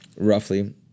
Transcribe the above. roughly